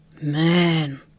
Man